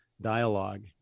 dialogue